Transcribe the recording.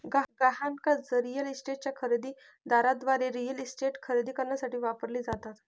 गहाण कर्जे रिअल इस्टेटच्या खरेदी दाराद्वारे रिअल इस्टेट खरेदी करण्यासाठी वापरली जातात